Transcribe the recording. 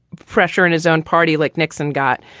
pressure in his own party like nixon got,